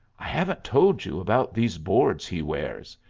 i haven't told you about these boards he wears.